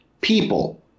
people